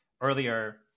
earlier